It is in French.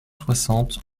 soixante